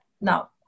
Now